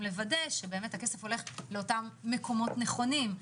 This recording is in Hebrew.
לווד שהכסף הולך לאותם מקומות נכונים,